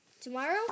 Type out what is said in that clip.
tomorrow